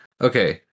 Okay